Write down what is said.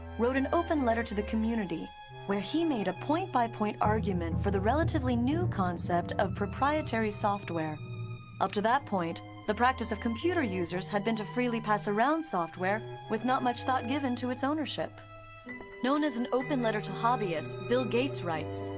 wrote an open letter to the community where he made a point by point argument for the relatively new concept of proprietary software up to that point, the practice of computer users had been to freely pass around software with not much thought given to its ownership known as an open letter to hobbyists, bill gates writes,